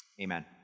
Amen